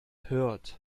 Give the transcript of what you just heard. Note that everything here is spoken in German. hört